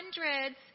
hundreds